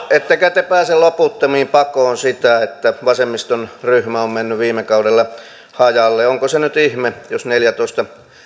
ettekä te pääse loputtomiin pakoon sitä että vasemmiston ryhmä on mennyt viime kaudella hajalle onko se nyt ihme jos neljätoista